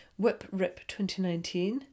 whiprip2019